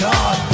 God